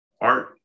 art